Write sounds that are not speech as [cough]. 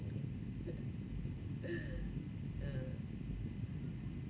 [laughs] ah